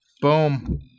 Boom